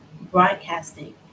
broadcasting